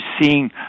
seeing